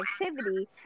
activity